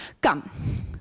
come